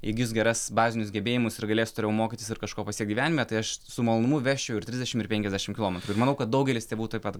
įgis geras bazinius gebėjimus ir galės toliau mokytis ir kažko pasiekt gyvenime tai aš su malonumu vežčiau ir trisdešim ir penkiasdešim kilometrų ir manau kad daugelis tėvų taip pat